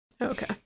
Okay